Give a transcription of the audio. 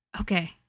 Okay